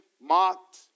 mocked